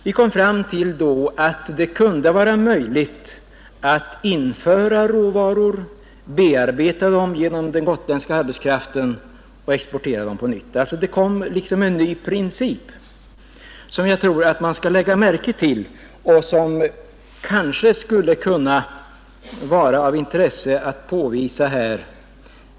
Vi kom då fram till att det kunde vara möjligt att införa råvaror, bearbeta dem genom den gotländska arbetskraften och exportera varorna. Det kom liksom in en ny princip, som jag tror att man skall lägga märke till och som kan vara av intresse att påvisa här.